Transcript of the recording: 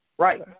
Right